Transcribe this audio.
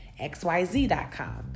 xyz.com